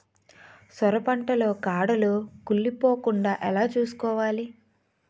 సొర పంట లో కాడలు కుళ్ళి పోకుండా ఎలా చూసుకోవాలి?